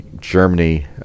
Germany